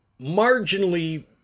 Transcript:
marginally